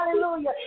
hallelujah